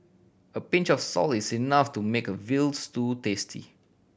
a pinch of salt is enough to make a veal tasty